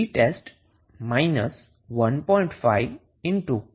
જે vtest 1